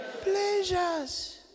pleasures